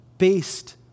based